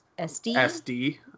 SD